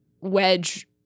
wedge